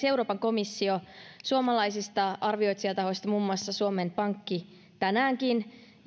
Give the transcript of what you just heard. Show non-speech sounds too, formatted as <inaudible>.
<unintelligible> euroopan komissio suomalaisista arvioitsijatahoista muun muassa suomen pankki tänäänkin ja